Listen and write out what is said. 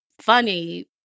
funny